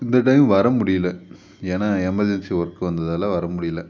இந்த டைம் வர முடியிலை ஏன்னால் எமர்ஜென்சி ஒர்க்கு வந்ததால் வர முடியிலை